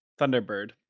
Thunderbird